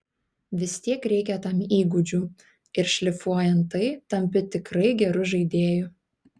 vistiek reikia tam įgūdžių ir šlifuojant tai tampi tikrai geru žaidėju